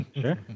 Sure